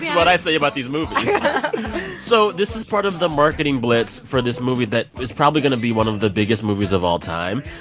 what i say about these movies so this is part of the marketing blitz for this movie that is probably going to be one of the biggest movies of all time.